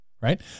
Right